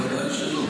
בוודאי שלא.